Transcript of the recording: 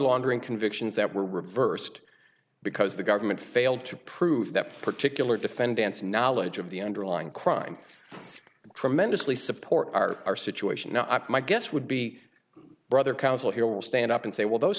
laundering convictions that were reversed because the government failed to prove that particular defend dance knowledge of the underlying crime tremendously support are our situation not my guess would be brother counsel here will stand up and say will those